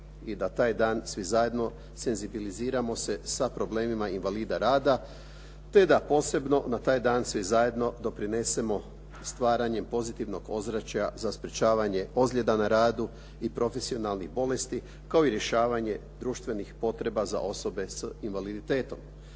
i da taj dan svi zajedno senzibiliziramo se sa problemima invalida rada, te da posebno na taj dan svi zajedno doprinesemo stvaranje pozitivnog ozračja za sprječavanje ozljeda na radu i profesionalnih bolesti kao i rješavanje društvenih potreba za osobe s invaliditetom.